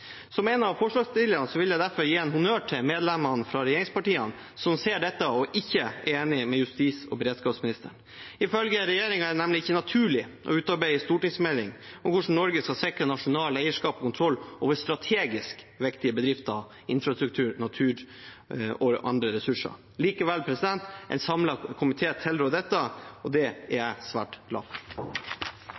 Som en av forslagsstillerne vil jeg derfor gi en honnør til medlemmene fra regjeringspartiene som ser dette, og som ikke er enig med justis- og beredskapsministeren. Ifølge regjeringen er det nemlig ikke naturlig å utarbeide en stortingsmelding om hvordan Norge skal sikre nasjonalt eierskap og kontroll over strategisk viktige bedrifter, infrastrukturer, naturressurser og andre ressurser. Likevel tilråder en samlet komité dette, og det er jeg svært glad for.